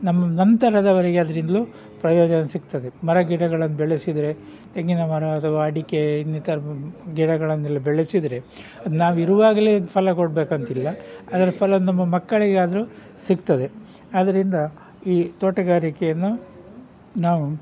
ನಮ್ಮ ನಂತರದವರಿಗೆ ಅದರಿಂದ್ಲು ಪ್ರಯೋಜನ ಸಿಗ್ತದೆ ಮರ ಗಿಡಗಳನ್ನ ಬೆಳೆಸಿದರೆ ತೆಂಗಿನ ಮರ ಅಥವಾ ಅಡಿಕೆ ಇನ್ನಿತರ ಗಿಡಗಳನ್ನೆಲ್ಲ ಬೆಳೆಸಿದರೆ ಅದು ನಾವಿರುವಾಗಲೇ ಫಲ ಕೊಡಬೇಕಂತಿಲ್ಲ ಅದರ ಫಲ ನಮ್ಮ ಮಕ್ಕಳಿಗಾದರು ಸಿಗ್ತದೆ ಆದ್ದರಿಂದ ಈ ತೋಟಗಾರಿಕೆಯನ್ನು ನಾವು